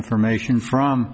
information from